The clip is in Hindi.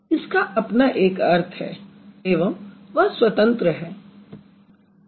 इसका अपना एक अर्थ है एवं वह स्वतंत्र अर्थ है